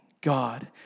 God